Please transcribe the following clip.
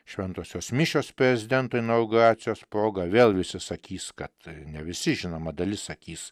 šventosios mišios prezidento inauguracijos proga vėl visi sakys kad ne visi žinoma dalis sakys